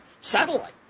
Satellite